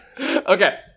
Okay